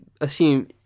assume